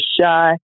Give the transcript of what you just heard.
shy